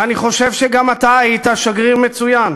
ואני חושב שגם אתה היית שגריר מצוין.